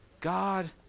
God